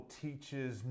teaches